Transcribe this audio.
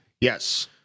Yes